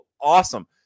Awesome